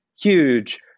huge